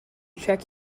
check